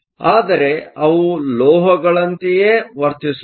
ಆದರೆ ಅವು ಲೋಹಗಳಂತೆಯೇ ವರ್ತಿಸುತ್ತವೆ